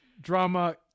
drama